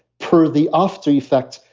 per the after effects,